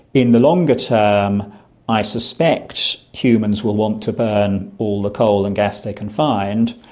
in the longer term i suspect humans will want to burn all the coal and gas they can find,